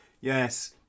yes